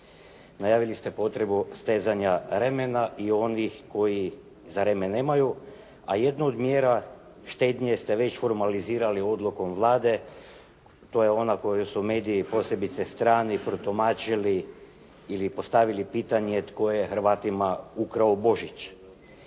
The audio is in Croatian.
Najavili ste potrebu stezanja remena i onih koji za remen nemaju, a jednu od mjera štednje ste već formalizirali odlukom Vlade. To je ona koju su mediji posebice strani protumačili ili postavili pitanje: "Tko je Hrvatima ukrao Božić?"